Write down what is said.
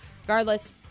regardless